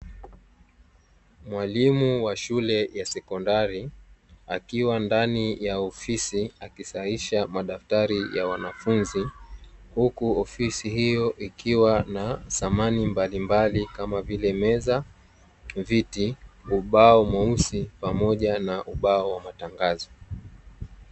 Mwalimu wa shule ya sekondari akiwa ndani ya ofisi akisahihisha madaftari ya wanafunzi, huku ofisi hiyo ikiwa na samani mbalimbali kama vile: meza, viti, ubao mweusi pamoja na ubao wa matangazo.